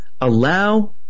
allow